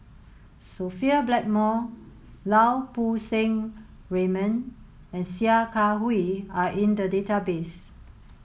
Sophia Blackmore Lau Poo Seng Raymond and Sia Kah Hui are in the database